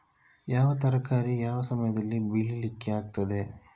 ಯಾವ ತರಕಾರಿ ಯಾವ ಸಮಯದಲ್ಲಿ ಬೆಳಿಲಿಕ್ಕೆ ಆಗ್ತದೆ?